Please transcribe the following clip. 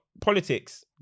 politics